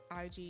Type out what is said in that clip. ig